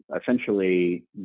essentially